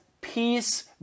peace